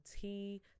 tea